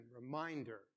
reminder